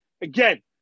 again